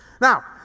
Now